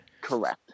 Correct